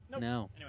No